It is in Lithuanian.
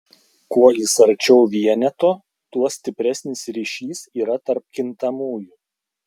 kuo jis arčiau vieneto tuo stipresnis ryšys yra tarp kintamųjų